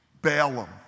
Balaam